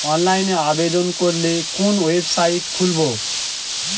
অনলাইনে আবেদন করলে কোন ওয়েবসাইট খুলব?